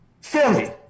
Philly